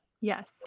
Yes